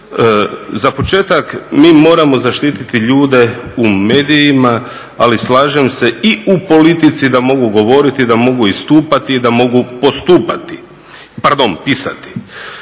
Za početak mi moramo zaštititi ljude u medijima, ali slažem se i u politici da mogu govoriti, da mogu istupati i da mogu postupati. Pardon, pisati.